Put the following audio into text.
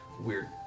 weird